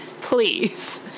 please